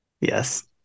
Yes